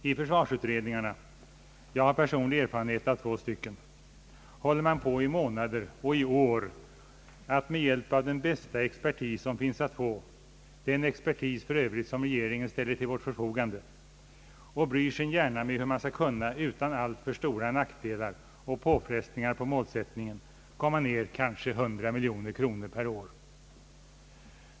I försvarsutredningarna — jag har personlig erfarenhet av två stycken — håller man på i månader och år och med hjälp av den bästa expertis som finns att få, den expertis som regeringen har ställt till vårt förfogande, och bryr sin hjärna med hur man utan alltför stora nackdelar och påfrestningar på målsättningen skall kunna komma ner kanske 100 miljoner kronor per år.